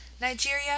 Nigeria